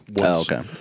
Okay